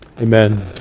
Amen